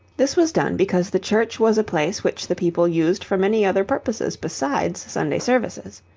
this was done because the church was a place which the people used for many other purposes besides sunday services.